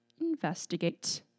investigate